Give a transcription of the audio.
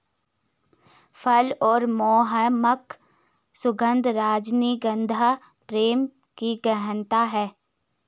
फल और मनमोहक सुगन्ध, रजनीगंधा प्रेम की गहनता है